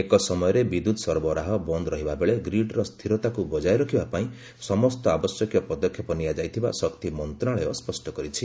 ଏକ ସମୟରେ ବିଦ୍ୟୁତ୍ ସରୋବରାହ ବନ୍ଦ ରହିବା ବେଳେ ଗ୍ରୀଡ୍ର ସ୍ଥିରତାକୁ ବଜାୟ ରଖିବା ପାଇଁ ସମସ୍ତ ଆବଶ୍ୟକୀୟ ପଦକ୍ଷେପ ନିଆଯାଇଥିବା ଶକ୍ତି ମନ୍ତ୍ରଶାଳୟ ସ୍ୱଷ୍ଟ କରିଛି